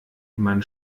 man